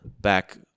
back